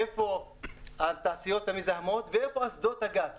דבר שני, פתחו במלחמה גדולה נגד הדייגים,